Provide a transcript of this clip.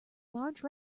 large